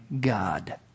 God